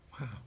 wow